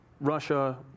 Russia